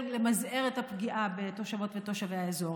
למזער את הפגיעה בתושבות ותושבי האזור.